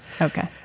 Okay